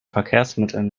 verkehrsmitteln